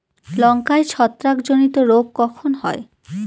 লঙ্কায় ছত্রাক জনিত রোগ কখন হয়?